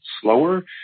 slower